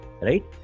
right